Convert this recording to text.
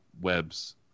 webs